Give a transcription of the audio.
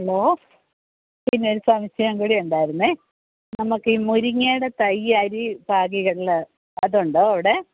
hello പിന്നെ ഒരു സംശയം കൂടി ഉണ്ടായിരുന്നേ നമുക്ക് ഈ മുരിങ്ങയുടെ തൈ അരി പാകിയുള്ള അതുണ്ടോ അവിടെ